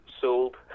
sold